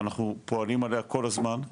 ואנחנו פועלים עליה כל הזמן,